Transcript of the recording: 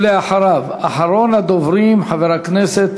ואחריו, אחרון הדוברים, חבר הכנסת